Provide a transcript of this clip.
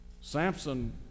Samson